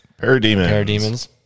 parademons